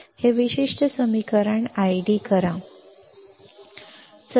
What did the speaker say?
तर हे विशिष्ट समीकरण ID करा समीकरण 1